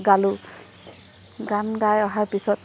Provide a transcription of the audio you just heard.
গালোঁ গান গাই অহাৰ পিছত